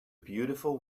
beautiful